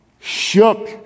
shook